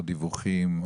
או דיווחים,